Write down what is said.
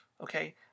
Okay